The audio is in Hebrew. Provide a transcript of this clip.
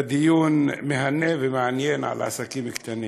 בדיון מהנה ומעניין על עסקים קטנים.